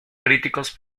críticos